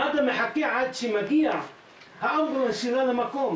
מד"א מחכה עד שמגיע האמבולנס שלה למקום